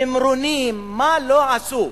תמרונים, מה לא עשו,